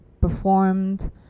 performed